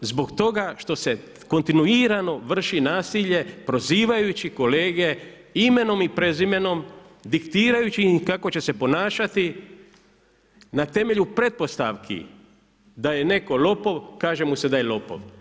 Zbog toga što se kontinuirano vrši nasilje prozivajući kolege imenom i prezimenom, diktirajući im kako će se ponašati, na temelju pretpostavki da je netko lopov, kaže mu se da je lopov.